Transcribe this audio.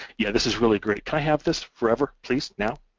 yeah, this is really great, can i have this forever, please, now?